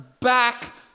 back